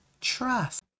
trust